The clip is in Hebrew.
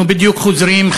אנחנו בדיוק חוזרים,